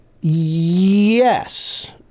yes